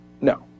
No